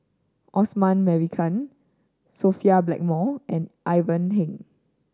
Osman Merican Sophia Blackmore and Ivan Heng